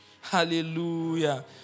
Hallelujah